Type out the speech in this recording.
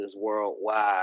Worldwide